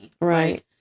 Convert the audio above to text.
Right